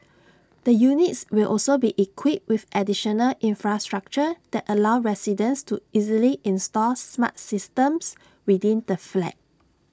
the units will also be equipped with additional infrastructure that allow residents to easily install smart systems within the flat